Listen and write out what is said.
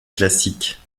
classique